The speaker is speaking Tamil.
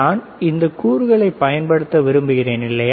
நான் இந்த கூறுகளைப் பயன்படுத்த விரும்புகிறேன் இல்லையா